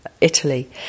Italy